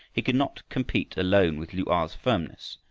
he could not compete alone with lu-a's firmness,